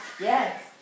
Yes